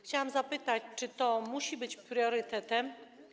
Chciałam zapytać, czy to musi być priorytetem.